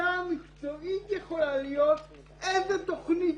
ההחלטה המקצועית יכולה להיות איזה תכנית